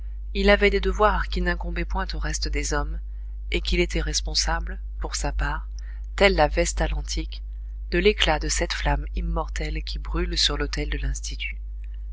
il avait des devoirs qui n'incombaient point au reste des hommes et qu'il était responsable pour sa part telle la vestale antique de l'éclat de cette flamme immortelle qui brûle sur l'autel de l'institut